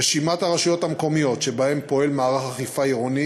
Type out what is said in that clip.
רשימת הרשויות המקומיות שבהן פועל מערך אכיפה עירוני